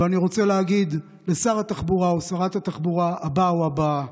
ואני רוצה להגיד לשר התחבורה או לשרת התחבורה הבא או הבאה,